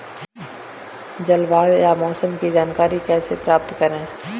जलवायु या मौसम की जानकारी कैसे प्राप्त करें?